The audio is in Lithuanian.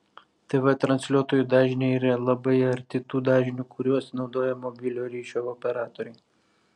tv transliuotojų dažniai yra labai arti tų dažnių kuriuos naudoja mobiliojo ryšio operatoriai